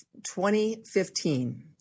2015